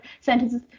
sentences